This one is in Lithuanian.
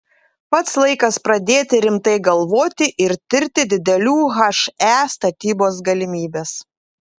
pats laikas pradėti rimtai galvoti ir tirti didelių he statybos galimybes